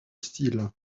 style